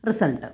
result